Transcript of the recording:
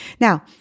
Now